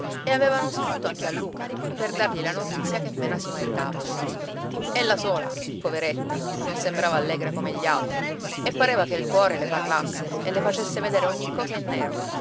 e avevano scritto anche a luca per dargli la notizia che mena si maritava ella sola poveretta non sembrava allegra come gli altri e pareva che il cuore le parlasse e le facesse vedere ogni cosa in nero